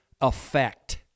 effect